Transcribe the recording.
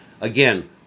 Again